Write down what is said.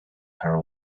her